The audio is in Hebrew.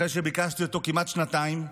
אחרי שביקשתי אותו כמעט שנתיים,